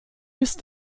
ist